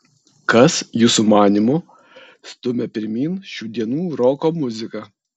kas jūsų manymu stumia pirmyn šių dienų roko muziką